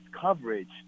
coverage